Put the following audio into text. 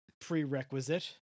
prerequisite